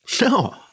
No